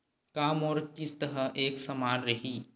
का मोर किस्त ह एक समान रही?